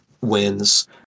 wins